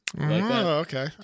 okay